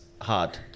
Hard